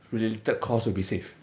related cost will be saved